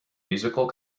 musical